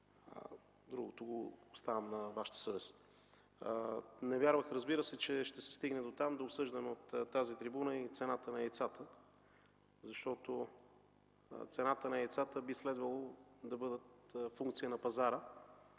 Другото оставям на Вашата съвест. Не вярвах, разбира се, че ще стигнем дотам да обсъждаме от тази трибуна и цената на яйцата. Цената на яйцата би следвало да бъде функция на пазара.